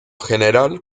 general